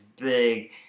big